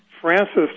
Francis